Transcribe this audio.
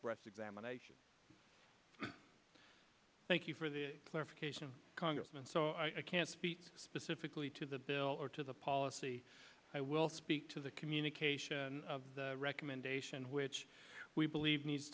breast examination thank you for the clarification congressman so i can't speak specifically to the bill or to the policy i will speak to the indication of the recommendation which we believe needs